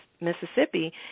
Mississippi